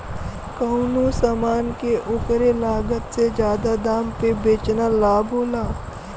कउनो समान के ओकरे लागत से जादा दाम पर बेचना लाभ होला